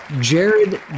Jared